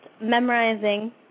memorizing